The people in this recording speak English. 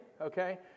okay